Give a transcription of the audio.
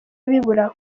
bibura